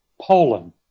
Poland